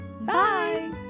Bye